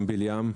אמביל-ים,